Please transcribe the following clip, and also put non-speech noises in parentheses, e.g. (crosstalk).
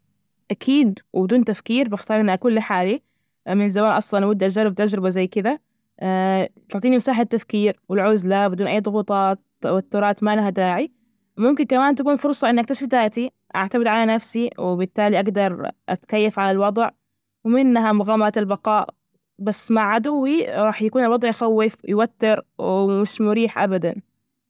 أكيد وبدون تفكير بختار إنى أكون لحالي من زمان أصلا ودي أجرب تجربة زي كده، (hesitation) تعطيني مساحة تفكير والعزلة بدون أي ضغوطات، توترات مالها أى داعي، ممكن كمان تكون فرصة إنك تشفي ذاتي، أعتمد على نفسي، وبالتالي أجدر أتكيف على الوضع ومنها مغامرة البقاء، بس مع عدوي راح يكون الوضع يخوف ويوتر ومش مريح أبدا.